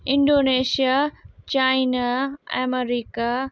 Indonesia China America